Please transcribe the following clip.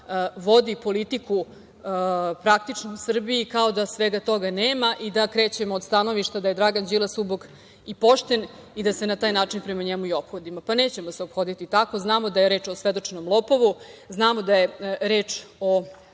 da vodi politiku u Srbiji kao da svega toga nema i da krećemo od stanovišta da je Dragan Đilas ubog i pošten i da se na taj način prema njemu i ophodimo. Pa, nećemo se ophoditi tako, znamo da je reč o osvedočenom lopovu, znamo da je reč o